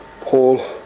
Paul